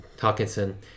Hawkinson